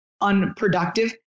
unproductive